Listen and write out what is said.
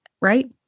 right